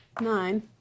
nine